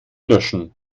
löschen